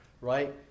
right